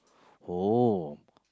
oh